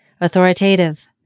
authoritative